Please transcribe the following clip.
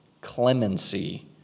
clemency